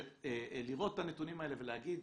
שלראות את הנתונים האלה ולהגיד